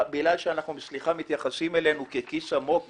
בגלל שמתייחסים אלינו ככיס עמוק,